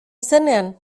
izenean